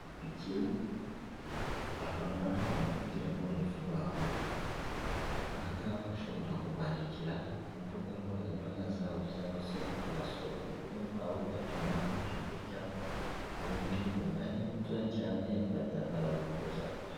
Ipiki, aha ngaha barakubwira ngo ni vuba vuba. Aha ngaha ushobora kubandikira, ku mbuga nkoranyambaga zabo cyangwa se ukabasura ku rubuga rwabo, ugatuma nk'ibyo kurya, ubundi mu mwanya mutoya cyane barabikuzanira.